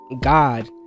God